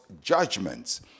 judgments